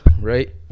right